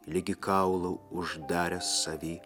ligi kaulo uždaręs savy